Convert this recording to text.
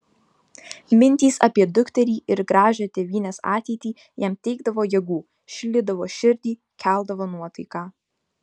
mintys apie dukterį ir gražią tėvynės ateitį jam teikdavo jėgų šildydavo širdį keldavo nuotaiką